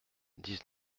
dix